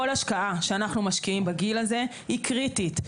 כל השקעה שאנחנו משקיעים בגיל הזה היא קריטית,